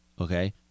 Okay